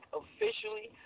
officially